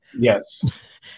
yes